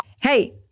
Hey